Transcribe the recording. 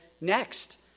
next